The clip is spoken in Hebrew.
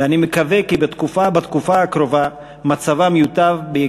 ואני מקווה כי בתקופה הקרובה מצבם יוטב,